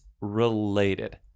related